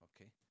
okay